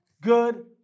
good